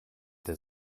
der